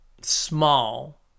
small